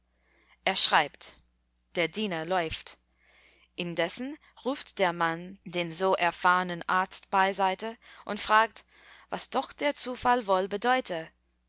er schreibt der diener läuft indessen ruft der mann den so erfahrnen arzt beiseite und fragt was doch der zufall wohl bedeute